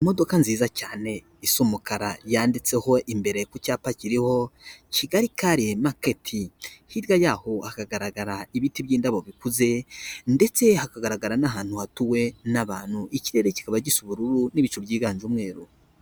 Imodoka nziza cyane isa umukara yanditseho imbere ku cyapa kiriho, Kigali kari maketi, hirya y'aho hakagaragara ibiti by'indabo bikuze ndetse hakagaragara n'ahantu hatuwe n'abantu, ikirere kiba gisa ubururu n'ibicu byiganje umweru